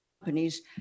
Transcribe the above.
companies